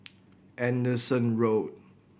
Anderson Road